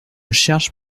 cherche